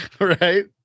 right